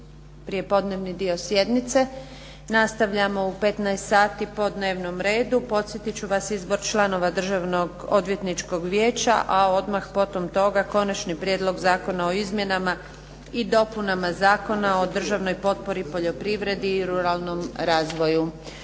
prijepodnevni dio sjednice Nastavljamo u 15,00 sati po dnevnom redu. Podsjetit ću vas Izbor članova Državnog odvjetničkog vijeća, a odmah potom toga Konačni prijedlog zakona o izmjenama i dopunama Zakona o državnoj potpori poljoprivredi i ruralnom razvoju.